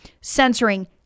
censoring